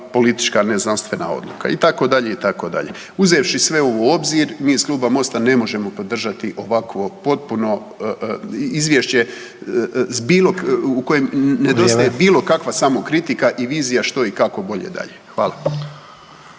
politička ne znanstvena odluka itd., itd. Uzevši sve ovo u obzir mi iz kluba Mosta ne možemo podržati ovakvo potpuno izvješće u kojem nedostaje bilo kakva samokritika i vizija što i kako bolje dalje. Hvala.